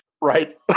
right